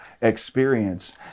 experience